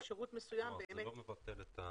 זה לא מבטל.